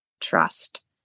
trust